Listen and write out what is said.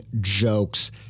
jokes